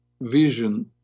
vision